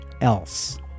else